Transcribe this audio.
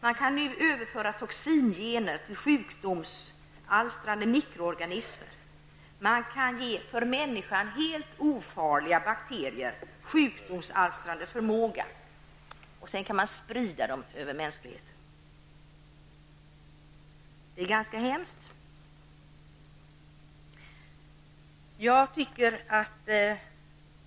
Man kan överföra toxingener till sjukdomsalstrande mikroorganismer; man kan ge för människan helt ofarliga bakterier sjukdomsalstrande förmåga och sedan sprida dessa bakterier över mänskligheten. Det är hemskt!